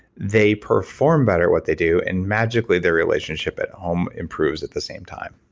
they perform better what they do and magically their relationship at home improves at the same time.